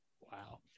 Wow